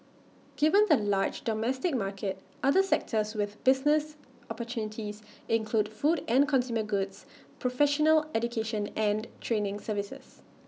given the large domestic market other sectors with business opportunities include food and consumer goods professional education and training services